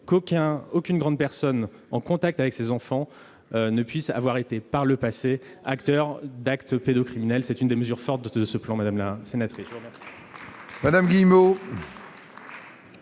qu'aucune grande personne en contact avec ces enfants ne puisse avoir été par le passé auteur d'actes pédocriminels. C'est l'une des mesures fortes de ce plan, madame la sénatrice.